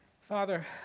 Father